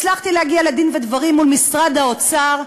הצלחתי להגיע לדין ודברים מול משרד האוצר,